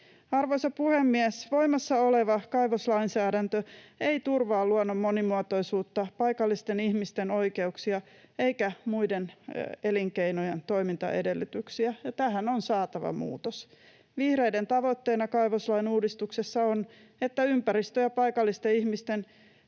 Arvoisa puhemies! Voimassa oleva kaivoslainsäädäntö ei turvaa luonnon monimuotoisuutta, paikallisten ihmisten oikeuksia eikä muiden elinkeinojen toimintaedellytyksiä, ja tähän on saatava muutos. Vihreiden tavoitteena kaivoslain uudistuksessa on se, että ympäristön ja paikallisten ihmisten